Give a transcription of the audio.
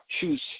choose